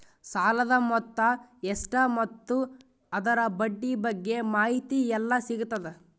ಸಾಲದ ಮೊತ್ತ ಎಷ್ಟ ಮತ್ತು ಅದರ ಬಡ್ಡಿ ಬಗ್ಗೆ ಮಾಹಿತಿ ಎಲ್ಲ ಸಿಗತದ?